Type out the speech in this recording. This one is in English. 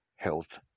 health